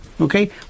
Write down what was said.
Okay